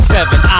Seven